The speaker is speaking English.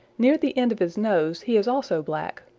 near the end of his nose he is also black,